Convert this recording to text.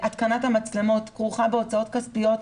התקנת המצלמות כרוכה בהוצאות כספיות,